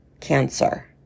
cancer